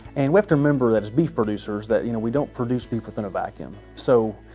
and we have to remember that as beef producers that you know we don't produce beef within a vacuum. so,